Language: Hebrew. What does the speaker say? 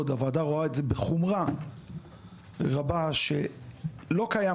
הוועדה רואה בחומרה רבה את העובדה שלא קיים